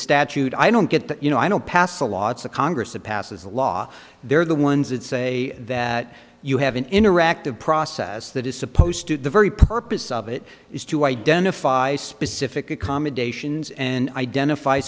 statute i don't get the you know i don't pass a law it's a congress that passes a law they're the ones that say that you have an interactive process that is supposed to the very purpose of it is to identify specific accommodations and identify